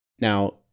Now